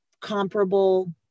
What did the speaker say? comparable